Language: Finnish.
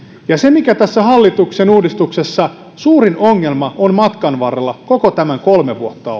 se mikä tässä hallituksen uudistuksessa suurin ongelma on matkan varrella koko tämän kolme vuotta